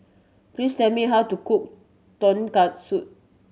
please tell me how to cook Tonkatsu